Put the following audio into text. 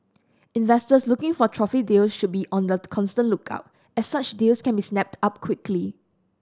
investors looking for trophy deal should be on the constant lookout as such deals can be snapped up quickly